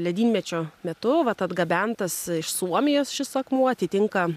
ledynmečio metu vat atgabentas iš suomijos šis akmuo atitinka